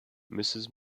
mrs